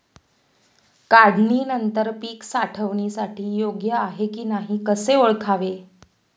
काढणी नंतर पीक साठवणीसाठी योग्य आहे की नाही कसे ओळखावे?